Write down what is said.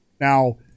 Now